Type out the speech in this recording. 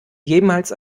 jemals